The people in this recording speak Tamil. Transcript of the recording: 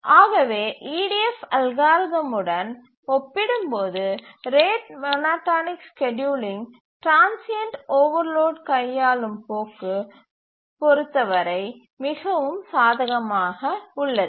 ஆகவே EDF அல்காரிதம் உடன் ஒப்பிடும்போது rate monotonic scheduling transient overload கையாளும் போக்கு பொருத்தவரை மிகவும் சாதகமான அம்சமாகும்